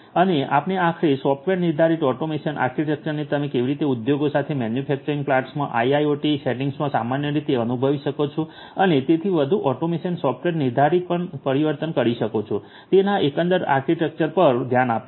અને આપણે આખરે સોફ્ટવૅર નિર્ધારિત ઓટોમેશન આર્કિટેક્ચરને તમે કેવી રીતે આ ઉદ્યોગો અથવા મેન્યુફેક્ચરિંગ પ્લાન્ટ્સમાં આઇઆઇઓટી સેટિંગ્સમાં સામાન્ય રીતે અનુભવી શકો છો અને તેથી વધુ ઓટોમેશન સોફ્ટવૅર નિર્ધારિત પર પરિવર્તન કરી શકો છો તેના એકંદર આર્કિટેક્ચર પર ધ્યાન આપ્યું છે